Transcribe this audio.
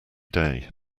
day